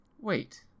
wait